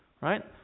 Right